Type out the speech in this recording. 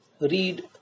read